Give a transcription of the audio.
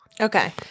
Okay